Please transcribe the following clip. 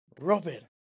Robin